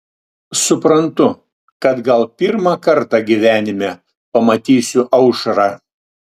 suprantu kad gal pirmą kartą gyvenime pamatysiu aušrą